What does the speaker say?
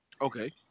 Okay